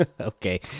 okay